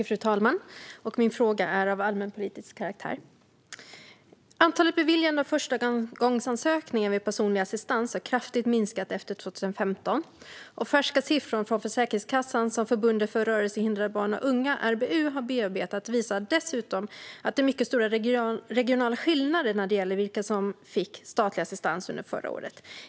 Fru talman! Min fråga är av allmänpolitisk karaktär. Antalet beviljanden av förstagångsansökningar om personlig assistans har kraftigt minskat efter 2015. Färska siffror från Försäkringskassan som Riksförbundet för rörelsehindrade barn och ungdomar, RBU, har bearbetat visar dessutom att det är mycket stora regionala skillnader när det gäller vilka som fick statlig assistans förra året.